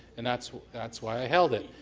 and that's that's why i held it.